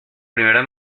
primera